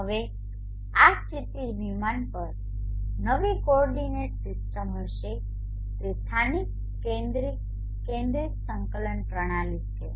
હવે આ ક્ષિતિજ વિમાન પર નવી કોઓર્ડિનેટ સિસ્ટમ હશે જે સ્થાનિક કેન્દ્રિત સંકલન પ્રણાલી છે